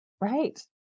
Right